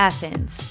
Athens